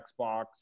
xbox